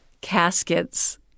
caskets